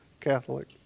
Catholic